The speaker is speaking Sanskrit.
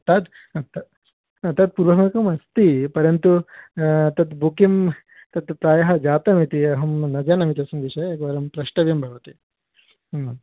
तद् तद् पूर्वमेकमस्ति परन्तु तद् बुकिङ्ग् तत् प्रायः जातमिति अहं न जानामि तस्मिन् विषये एकवारं प्रष्टव्यं भवति